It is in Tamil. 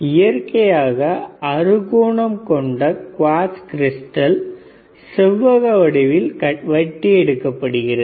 இயற்கையாக அறுகோணம் கொண்ட குவாட்ஸ் கிரிஸ்டல் செவ்வக வடிவில் வெட்டி எடுக்கப்படுகிறது